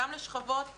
גם לשכבות ה',